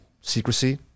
secrecy